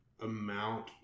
amount